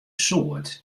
soart